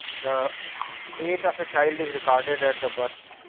the weight of the child is recorded at the but